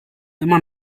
immer